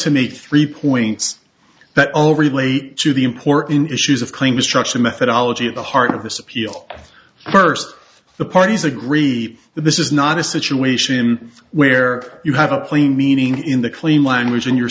to meet three points that only relate to the important issues of claim destruction methodology at the heart of this appeal first the parties agree that this is not a situation where you have a plain meaning in the clean language and you're